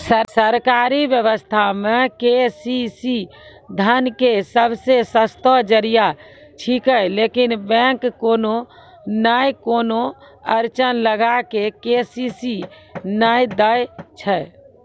सरकारी व्यवस्था मे के.सी.सी धन के सबसे सस्तो जरिया छिकैय लेकिन बैंक कोनो नैय कोनो अड़चन लगा के के.सी.सी नैय दैय छैय?